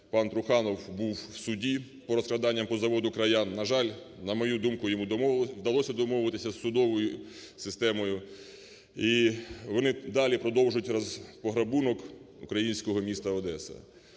пан Труханов був в суді по розкраданням по заводу "Краян". На жаль, на мою думку, йому вдалося домовитися з судовою системою. І вони далі продовжують пограбунок українського міста Одеса.